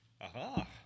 Aha